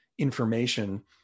Information